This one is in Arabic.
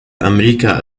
أمريكا